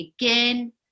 again